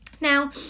Now